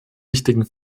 wichtigen